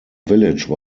village